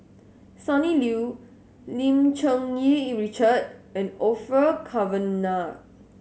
Sonny Liew Lim Cherng Yih Richard and Orfeur Cavenagh